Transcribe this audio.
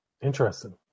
Interesting